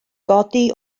godi